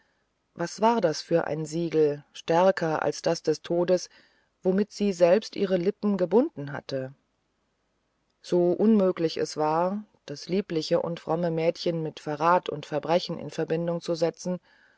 was war das für ein siegel stärker als das des todes womit sie selbst ihre lippen gebunden hatte so unmöglich es war das liebliche und fromme mädchen mit verrat und verbrechen in verbindung zu setzen